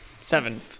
Seven